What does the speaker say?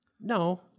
No